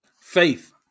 faith